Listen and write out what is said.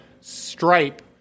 Stripe